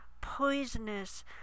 poisonous